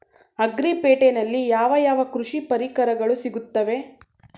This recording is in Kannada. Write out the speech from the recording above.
ಅಗ್ರಿ ಪೇಟೆನಲ್ಲಿ ಯಾವ ಯಾವ ಕೃಷಿ ಪರಿಕರಗಳು ಸಿಗುತ್ತವೆ?